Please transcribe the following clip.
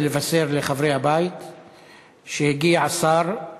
אני רוצה להודיע לכם ולבשר לחברי הבית שהשר הגיע למליאה.